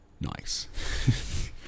Nice